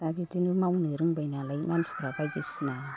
दा बिदिनो मावनो रोंबाय नालाय मानसिफ्रा बायदिसिना